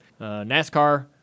NASCAR